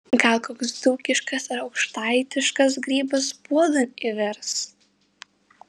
gal koks dzūkiškas ar aukštaitiškas grybas puodan įvirs